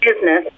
business